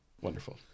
Wonderful